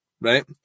right